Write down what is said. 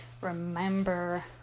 remember